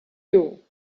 you